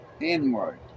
inward